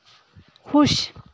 खुश